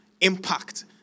impact